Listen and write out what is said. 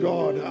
God